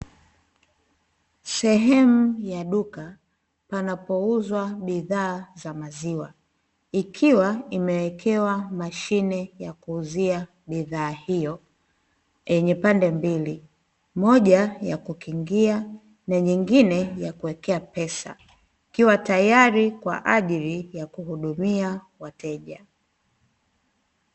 Sehemu ya duka panapouzwa bidhaa za maziwa, ikiwa imewekewa mashine ya kuuzia bidhaa hiyo, yenye pande mbili moja ya kukingia na nyingine ya kuwekea pesa. Ikiwa tayari kwa ajili ya kuhudumia wateja.